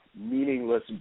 meaningless